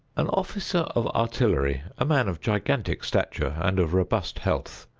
an officer of artillery, a man of gigantic stature and of robust health,